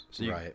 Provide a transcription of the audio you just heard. Right